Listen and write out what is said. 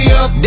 up